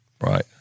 Right